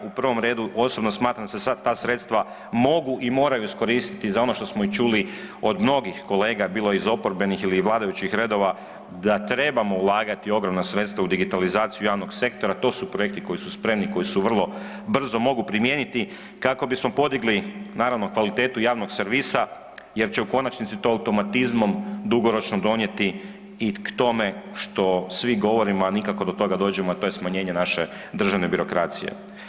U prvom redu osobno smatram da se sad ta sredstva mogu i moraju iskoristiti za ono što smo i čuli od mnogih kolega, bilo iz oporbenih ili vladajućih redova da trebamo ulagati ogromna sredstva u digitalizaciju javnog sektora, to su projekti koji su spremni koji se vrlo brzo mogu primijeniti kako bismo podigli naravno kvalitetu javnog servisa jer će u konačnici to automatizmom dugoročno donijeti i k tome što svi govorimo, a nikako da do toga dođemo, a to je smanjenje naše državne birokracije.